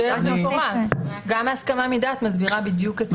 גם ההסכמה מדעת מסבירה בדיוק.